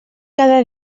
cada